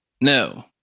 No